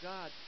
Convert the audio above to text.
God